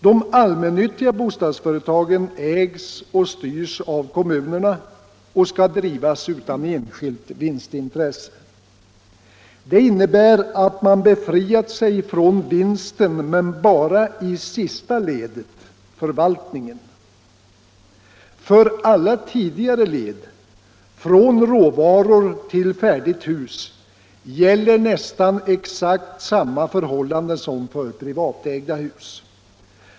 De allmännyttiga bostadsföretagen ägs och styrs av kommunerna och skall drivas utan enskilt vinstintresse. Det innebär att man har befriat sig från vinsten men bara i sista ledet — förvaltningen. För alla tidigare led, från råvaror till färdigt hus, gäller nästan exakt samma förhållanden som för privatägda hus.